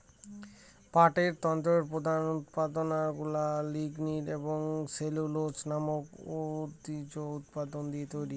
পাটের তন্তুর প্রধান উপাদানগুলা লিগনিন এবং সেলুলোজ নামক উদ্ভিজ্জ উপাদান দিয়ে তৈরি